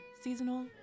seasonal